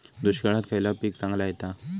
दुष्काळात खयला पीक चांगला येता?